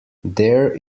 there